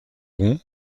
rond